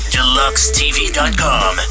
DeluxeTV.com